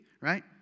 right